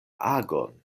agon